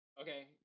Okay